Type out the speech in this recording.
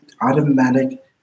automatic